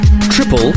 triple